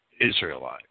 Israelite